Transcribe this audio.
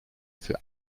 für